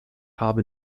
habe